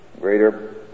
Greater